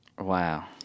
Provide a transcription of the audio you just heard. Wow